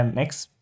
next